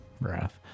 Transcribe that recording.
wrath